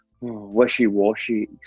wishy-washy